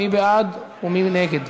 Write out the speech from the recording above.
מי בעד ומי נגד?